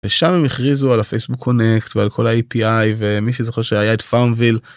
שם הם הכריזו על הפייסבוק קונקט ועל כל הAPI ומי שזוכר שהיה את farmville.